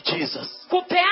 Jesus